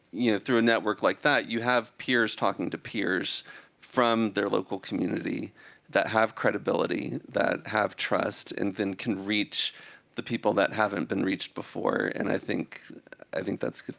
you know, through a network like that, you have peers talking to peers from their local community that have credibility, that have trust, and then can reach the people that haven't been reached before. and i think i think that's